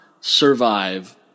survive